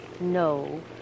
No